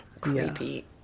Creepy